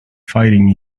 fighting